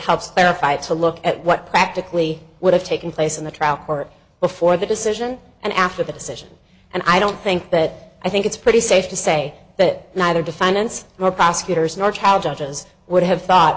helps clarify to look at what practically would have taken place in the trial court before the decision and after the decision and i don't think that i think it's pretty safe to say that neither defendants were prosecutors nor how judges would have thought